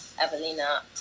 Evelina